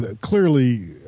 clearly